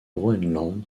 groenland